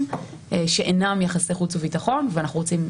יש אינטרסים חיוניים נוספים שאינם יחסי חוץ וביטחון ואנחנו רוצים,